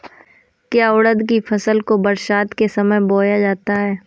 क्या उड़द की फसल को बरसात के समय बोया जाता है?